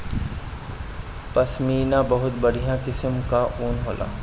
पश्मीना बहुत बढ़िया किसिम कअ ऊन होला